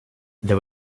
there